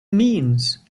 means